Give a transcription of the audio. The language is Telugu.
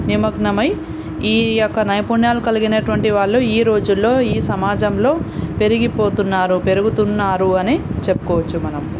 నిమగ్నమై ఈ యొక్క నైపుణ్యాలు కలిగినటువంటి వాళ్ళు ఈ రోజుల్లో ఈ సమాజంలో పెరిగిపోతున్నారు పెరుగుతున్నారు అని చెప్పుకోవచ్చు మనం